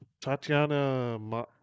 Tatiana